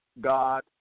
God